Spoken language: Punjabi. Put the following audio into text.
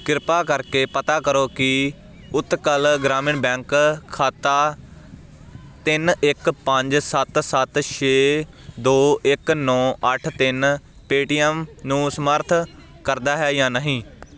ਕਿਰਪਾ ਕਰਕੇ ਪਤਾ ਕਰੋ ਕਿ ਉਤਕਲ ਗ੍ਰਾਮੀਣ ਬੈਂਕ ਖਾਤਾ ਤਿੰਨ ਇੱਕ ਪੰਜ ਸੱਤ ਸੱਤ ਛੇ ਦੋ ਇੱਕ ਨੌਂ ਅੱਠ ਤਿੰਨ ਪੇਟੀਐੱਮ ਨੂੰ ਸਮਰੱਥ ਕਰਦਾ ਹੈ ਜਾਂ ਨਹੀਂ